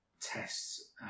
tests